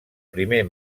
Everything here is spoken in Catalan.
primer